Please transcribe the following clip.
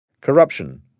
Corruption